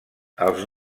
els